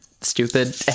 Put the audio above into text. stupid